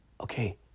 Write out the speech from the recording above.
okay